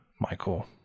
Michael